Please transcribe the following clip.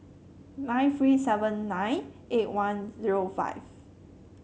nine three seven nine eight one zero five